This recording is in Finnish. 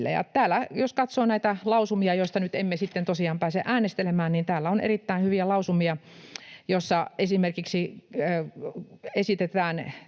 nyt emme sitten tosiaan pääse äänestelemään, niin täällä on erittäin hyviä lausumia, joissa esimerkiksi esitetään